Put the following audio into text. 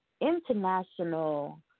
international